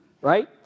right